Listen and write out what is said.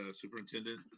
ah superintendent?